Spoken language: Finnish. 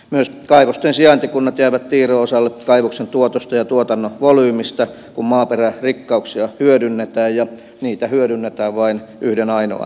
myös kaivosten sijaintikunnat jäävät tiiron osalle kaivoksen tuotosta ja tuotannon volyymistä kun maaperän rikkauksia hyödynnetään ja niitä hyödynnetään vain yhden ainoan kerran